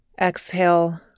Exhale